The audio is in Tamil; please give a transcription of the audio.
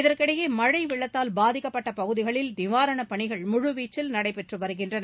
இதற்கிடையே மழை வெள்ளத்தால் பாதிக்கப்பட்ட பகுதிகளில் நிவாரணப் பணிகள் முழுவீச்சில் நடைபெற்று வருகின்றன